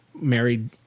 married